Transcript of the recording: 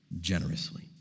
generously